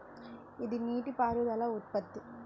ఇది నీటిపారుదల పద్ధతి